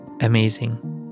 amazing